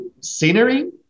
scenery